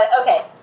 Okay